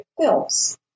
films